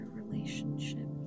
relationship